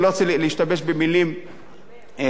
אני לא רוצה להשתמש במלים חריפות,